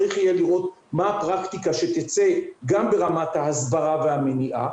צריך יהיה לראות מה הפרקטיקה שתצא גם ברמת ההסברה והמניעה